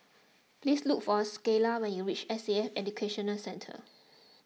please look for Skyla when you reach S A F Education Centre